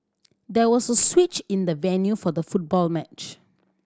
there was a switch in the venue for the football match